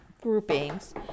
groupings